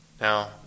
Now